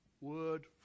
word